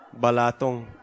balatong